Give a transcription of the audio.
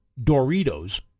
Doritos